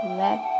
let